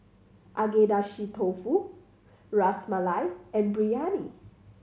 Agedashi Dofu Ras Malai and Biryani